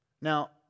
Now